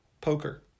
poker